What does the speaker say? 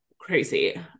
crazy